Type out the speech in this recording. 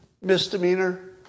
Misdemeanor